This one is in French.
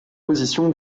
position